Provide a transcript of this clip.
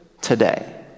today